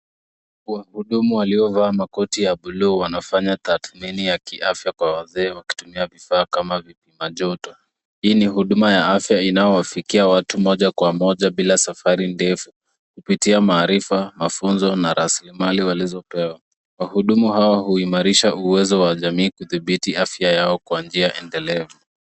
Wahudumu waliovaa makoti ya buluu wanafanya tathmini ya kiafya kwa wazee wakitumia vifaa kama vipima joto. Hii ni huduma ya afya inayowafikia watu moja kwa moja bila safari ndefu, kupitia maarifa, mafunzo na rasilimali walizopewa. Wahudumu hawa huimarisha uwezo wa jamii kudhibiti afya yao kwa njia endelevu.